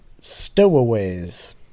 Stowaways